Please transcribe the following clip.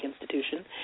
institution